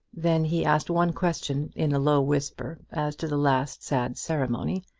then he asked one question in a low whisper as to the last sad ceremony,